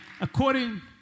according